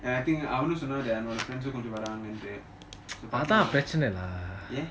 and I think அவனும் சொன்னாரு அவரோட:avanum sonaru avaroda friends வரங்கனு ஏன்:varanganu yean